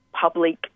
public